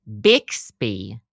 Bixby